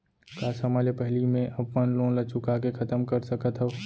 का समय ले पहिली में अपन लोन ला चुका के खतम कर सकत हव?